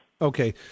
Okay